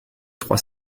trois